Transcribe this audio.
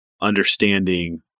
understanding